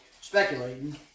speculating